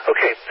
Okay